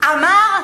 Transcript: אמר,